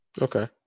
okay